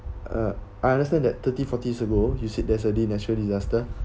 uh I understand that thirty forty years ago you said there's already natural disaster